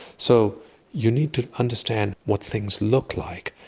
so you need to understand what things look like,